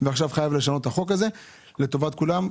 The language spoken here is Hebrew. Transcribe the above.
ועכשיו חייבים לשנות את החוק הזה לטובת כולם.